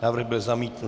Návrh byl zamítnut.